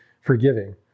forgiving